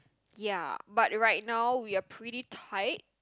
ya but right now we're pretty tight